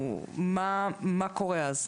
מה קורה אז?